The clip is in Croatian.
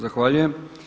Zahvaljujem.